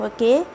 Okay